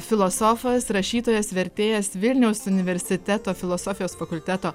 filosofas rašytojas vertėjas vilniaus universiteto filosofijos fakulteto